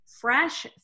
fresh